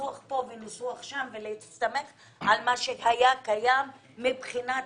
ניסוח פה וניסוח שם ולהסתמך על מה שהיה קיים מבחינת